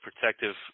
protective